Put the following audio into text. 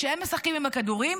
כשהם משחקים עם הכדורים,